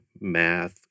math